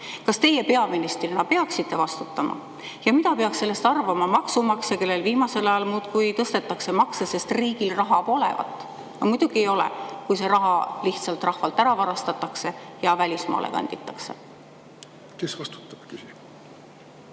Kas teie peaministrina peaksite vastutama ja mida peaks sellest arvama maksumaksja, kellel viimasel ajal muudkui tõstetakse makse, sest riigil raha polevat? Muidugi ei ole, kui see raha lihtsalt rahvalt ära varastatakse ja välismaale kanditakse. Aitäh! Proua